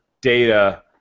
data